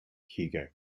hugo